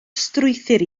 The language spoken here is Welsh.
strwythur